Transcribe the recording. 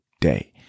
day